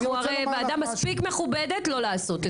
אנחנו ועדה מספיק מכובדת לא לעשות את הדבר הזה.